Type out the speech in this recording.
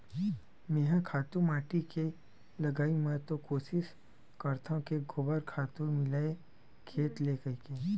मेंहा खातू माटी के लगई म तो कोसिस करथव के गोबर खातू मिलय खेत ल कहिके